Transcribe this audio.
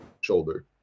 shoulder